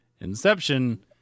Inception